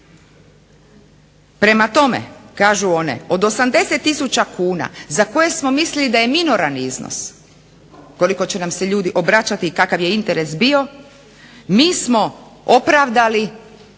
Prema tome, kažu one, od 80 tisuća kuna za koje smo mislili da je minoran iznos, koliko će nam se ljudi obraćati i kakav je interes bio, mi smo opravdali